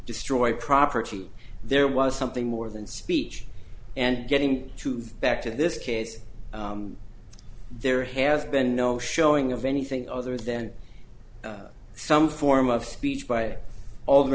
destroy property there was something more than speech and getting to the back to this case there has been no showing of anything other than some form of speech by all the